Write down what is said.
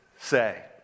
Say